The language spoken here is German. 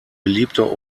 beliebter